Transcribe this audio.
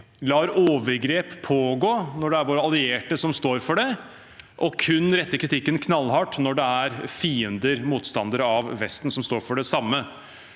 lar overgrep pågå når det er våre allierte som står for det, og kun retter knallhard kritikk når det er fiender, motstandere av Vesten, som står for det samme.